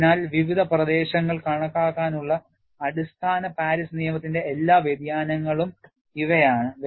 അതിനാൽ വിവിധ പ്രദേശങ്ങൾ കണക്കാക്കാനുള്ള അടിസ്ഥാന പാരീസ് നിയമത്തിന്റെ എല്ലാ വ്യതിയാനങ്ങളും ഇവയാണ്